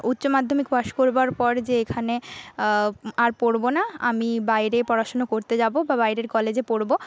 উচ্চমাধ্যমিক পাশ করবার পর যে এখানে আ আর পড়বোনা আমি বাইরে পড়াশুনো করতে যাবো বা বাইরের কলেজে পড়বো